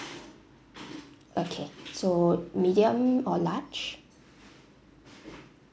okay so medium or large